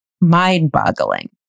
mind-boggling